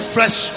Fresh